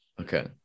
okay